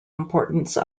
importance